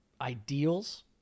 ideals